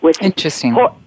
Interesting